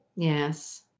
Yes